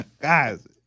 guys